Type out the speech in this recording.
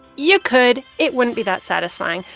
you could. it wouldn't be that satisfying.